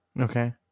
Okay